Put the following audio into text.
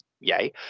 yay